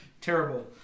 Terrible